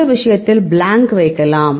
இந்த விஷயத்தில் பிளான்க் வைக்கலாம்